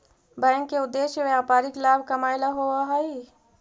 bank के उद्देश्य व्यापारिक लाभ कमाएला होववऽ हइ